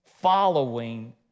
following